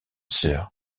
sœur